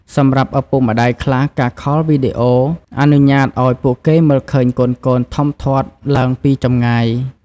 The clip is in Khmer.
សម្រាប់ឪពុកម្តាយខ្លះ ការខលវីដេអូអនុញ្ញាតឲ្យពួកគេមើលឃើញកូនៗធំធាត់ឡើងពីចម្ងាយ។